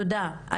תודה.